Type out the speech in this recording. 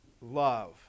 love